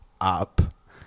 up